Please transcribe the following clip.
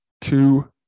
Two